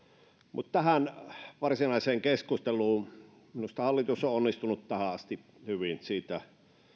mutta tähän varsinaiseen keskusteluun minusta hallitus on onnistunut tähän asti hyvin